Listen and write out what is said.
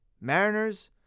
mariners